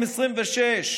עם 26%,